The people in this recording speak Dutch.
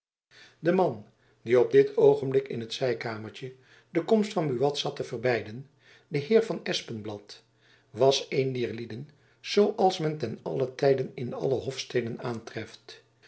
de man die op dit oogenblik in het zijkamertjen de komst van buat zat te verbeiden de heer van espenblad was een dier lieden zoo als men ten allen tijden in alle hofsteden aantreft